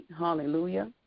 hallelujah